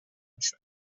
میشد